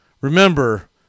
remember